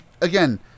Again